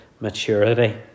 maturity